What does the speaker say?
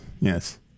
Yes